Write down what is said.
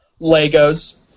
Legos